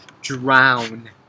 drown